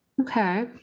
Okay